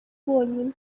bonyine